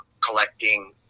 collecting